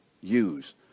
use